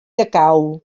decau